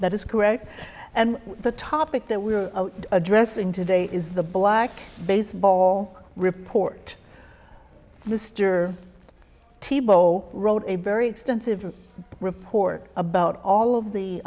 that is correct and the topic that we're addressing today is the black baseball report mr t bo wrote a very extensive report about all of the